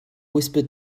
whispered